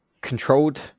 controlled